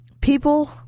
people